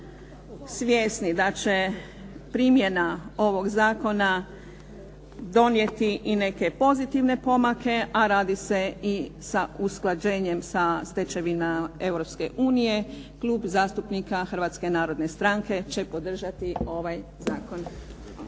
svjesni da će primjena ovog zakona donijeti i neke pozitivne pomake, a radi se i sa usklađenjem sa stečevinom Europske unije, klub zastupnika Hrvatske narodne stranke će podržati ovaj zakon.